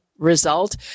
result